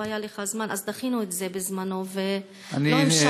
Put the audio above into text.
היה לך זמן אז דחינו את זה בזמנו ולא המשכנו.